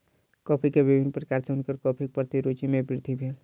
coffee के विभिन्न प्रकार सॅ हुनकर कॉफ़ीक प्रति रूचि मे वृद्धि भेल